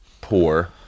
poor